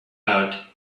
out